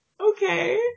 okay